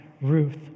Ruth